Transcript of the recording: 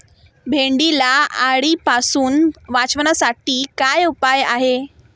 भेंडीला अळीपासून वाचवण्यासाठी काय उपाय आहे?